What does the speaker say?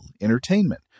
entertainment